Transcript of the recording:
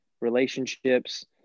relationships